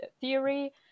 theory